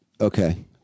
Okay